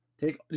take